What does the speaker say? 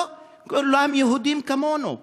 לא כולם יהודים כמונו,